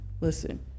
Listen